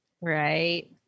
Right